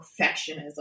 perfectionism